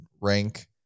rank